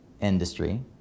industry